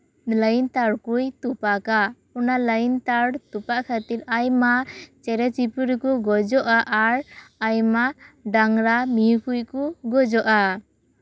line ᱛᱟᱨ ᱠᱚᱭ ᱛᱚᱯᱟᱜᱟ ᱚᱱᱟ ᱞᱟᱭᱤᱱ ᱛᱟᱨ ᱛᱚᱯᱟᱜ ᱠᱷᱟᱹᱛᱤᱨ ᱟᱭᱢᱟ ᱪᱮᱬᱮ ᱪᱤᱯᱩᱲᱤ ᱠᱚ ᱜᱚᱡᱚᱜᱼᱟ ᱟᱨ ᱟᱨ ᱟᱭᱢᱟ ᱰᱟᱝᱨᱟ ᱢᱤᱦᱩ ᱠᱚᱡ ᱠᱚ ᱜᱚᱡᱚᱜᱼᱟ